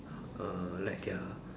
uh like their